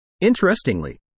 Interestingly